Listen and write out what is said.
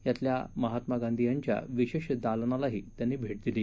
यातल्या महात्मा गांधी यांच्या विशेष दालनालाही त्यांनी भेट दिली